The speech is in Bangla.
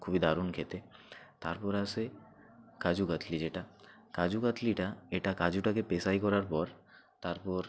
খুবই দারুণ খেতে তারপর আসে কাজু কাতলি যেটা কাজু কাতলিটা এটা কাজুটাকে পেষাই করার পর তারপর